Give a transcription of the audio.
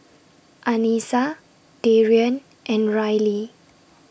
Anissa Darrien and Rylie